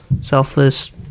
selfless